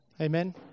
Amen